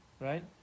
Right